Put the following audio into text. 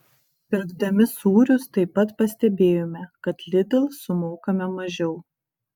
pirkdami sūrius taip pat pastebėjome kad lidl sumokame mažiau